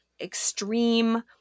extreme